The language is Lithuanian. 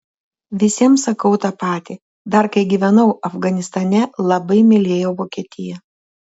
visiems sakau tą patį dar kai gyvenau afganistane labai mylėjau vokietiją